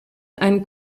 ein